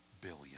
billion